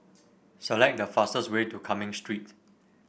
select the fastest way to Cumming Street